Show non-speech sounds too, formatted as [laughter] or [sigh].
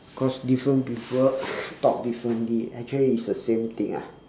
because different people [noise] talk differently actually is the same thing ah